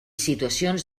situacions